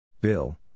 Bill